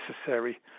necessary